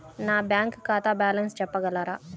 నా బ్యాంక్ ఖాతా బ్యాలెన్స్ చెప్పగలరా?